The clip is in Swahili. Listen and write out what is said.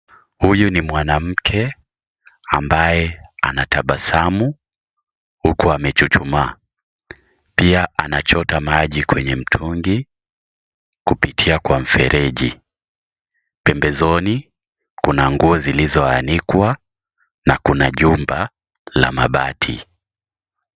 Huyo ni mwanamke ambaye anatabasamu huku amechuchumaa. Pia anachota maji kwenye mtungi kupitia kwa mfereji. Pembezoni, kuna nguo zilizo anikwa na kuna jumba la mabati.